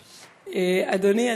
אדוני,